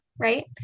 right